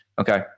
Okay